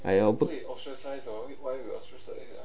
!aiya! 我不